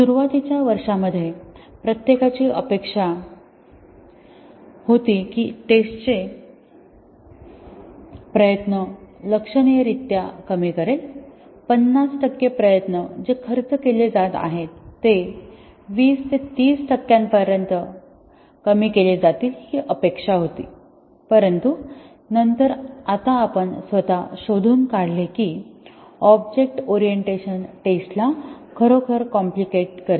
सुरुवातीच्या वर्षांमध्ये प्रत्येकाची अपेक्षा होती की ते टेस्टचे प्रयत्न लक्षणीयरीत्या कमी करेल 50 टक्के प्रयत्न जे खर्च केले जात आहेत ते 20 30 टक्क्यांपर्यंत कमी केले जातील ही अपेक्षा होती परंतु नंतर आता आपण स्वतः शोधून काढले की ऑब्जेक्ट ओरिएंटेशन टेस्टला खरोखर कॉम्पलिकेट करते